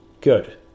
good